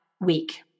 week